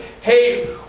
hey